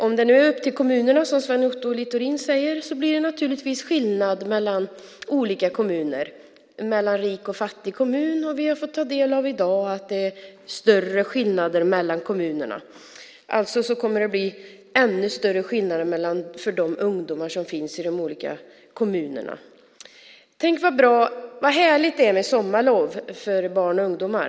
Om det är upp till kommunerna, som Sven Otto Littorin säger, blir det naturligtvis skillnad mellan olika kommuner, mellan rika och fattiga kommuner. I dag har vi fått ta del av att det är större skillnader mellan kommunerna. Det kommer alltså att bli ännu större skillnader för de ungdomar som finns i de olika kommunerna. Tänk vad härligt det är med sommarlov för barn och ungdomar.